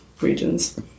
regions